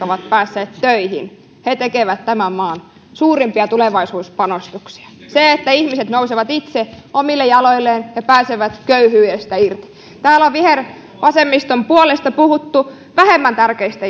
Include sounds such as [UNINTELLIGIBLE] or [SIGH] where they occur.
[UNINTELLIGIBLE] ovat päässeet töihin tekevät tämän maan suurimpia tulevaisuuspanostuksia se että ihmiset nousevat itse omille jaloilleen ja pääsevät köyhyydestä irti täällä on vihervasemmiston puolesta puhuttu vähemmän tärkeistä [UNINTELLIGIBLE]